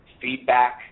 feedback